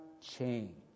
change